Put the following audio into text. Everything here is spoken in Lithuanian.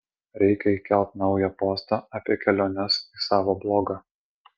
reikia įkelt naują postą apie keliones į savo blogą